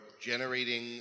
generating